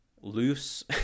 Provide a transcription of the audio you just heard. loose